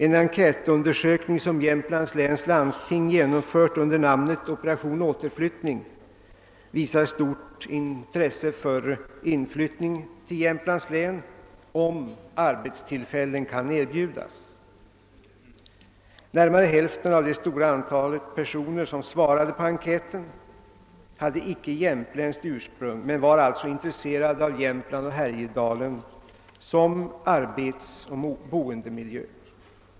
En enkätundersökning som Jämtlands läns landsting genomfört under namnet »Operation återflyttning» visar stort intresse för inflyttning till Jämtlands län om arbetstillfällen kan erbjudas. Närmare hälften av det stora antal personer som svarade på enkäten hade icke jämtländskt ursprung men var alltså intresserade av Jämtland och Härjedalen som arbetsoch boendemiljö.